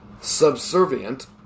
subservient